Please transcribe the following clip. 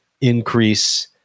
increase